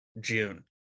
June